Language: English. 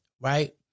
right